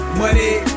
money